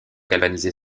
galvaniser